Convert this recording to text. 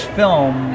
film